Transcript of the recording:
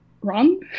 run